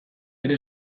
ere